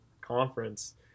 conference